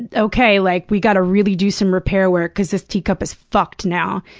and okay, like, we gotta really do some repair work cause this teacup is fucked now.